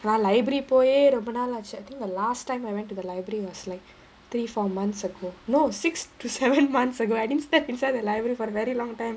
நா:naa library போயே ரொம்ப நாள் ஆச்சு:poyae romba naal aachu I think the last time I went to the library was like three four months ago no six to seven months ago I didn't step inside the library for a very long time